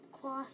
cloth